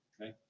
Okay